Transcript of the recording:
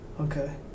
Okay